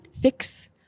fix